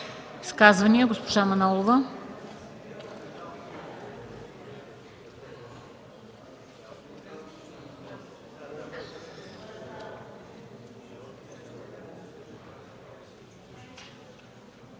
Изказвания? Госпожа Манолова.